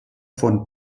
von